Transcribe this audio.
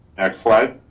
next slide.